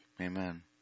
Amen